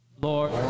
Lord